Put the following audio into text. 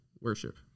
worship